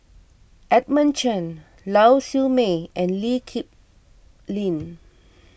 Edmund Chen Lau Siew Mei and Lee Kip Lin